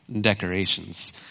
decorations